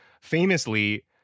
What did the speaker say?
Famously